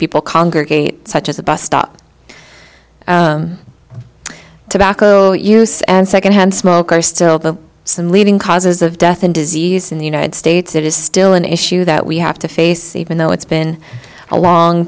people congregate such as a bus stop tobacco use and secondhand smoke are still the same leading causes of death and disease in the united states it is still an issue that we have to face even though it's been a long